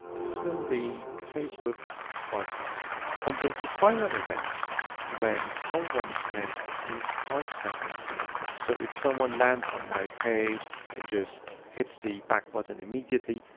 this will be facebook, five seconds. i'm going to fire any went when someone spends at least five seconds on the page, so if someone lands on my page and just hits the back button immediately,